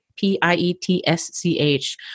P-I-E-T-S-C-H